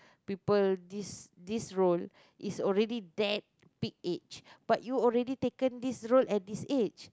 people this this role is already that big age but you already taken this role at this age